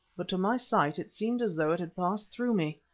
but, to my sight, it seemed as though it had passed through me.